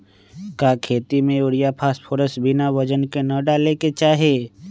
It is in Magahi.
का खेती में यूरिया फास्फोरस बिना वजन के न डाले के चाहि?